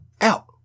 out